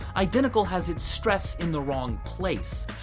identical has it stress in the wrong place.